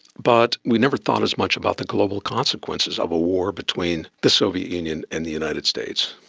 but we never thought as much about the global consequences of a war between the soviet union and the united states.